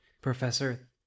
Professor